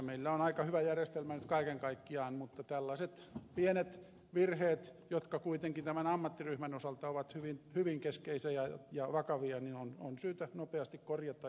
meillä on aika hyvä järjestelmä nyt kaiken kaikkiaan mutta tällaiset pienet virheet jotka kuitenkin tämän ammattiryhmän osalta ovat hyvin keskeisiä ja vakavia on syytä nopeasti korjata